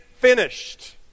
finished